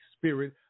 Spirit